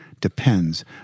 depends